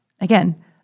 Again